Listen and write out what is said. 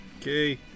Okay